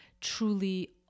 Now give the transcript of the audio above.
truly